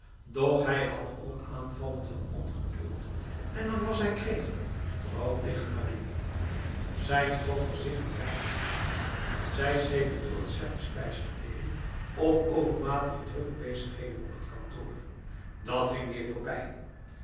doch hij had ook aanvallen van ongeduld en dan was hij kregel vooral tegen marie zij trok er zich maar weinig van aan zij schreef het toe aan slechte spijsvertering of overmatig drukke bezigheden op t kantoor dat ging weer voorbij